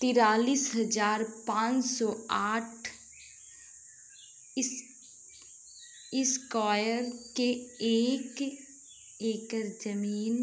तिरालिस हजार पांच सौ और साठ इस्क्वायर के एक ऐकर जमीन